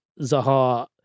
Zaha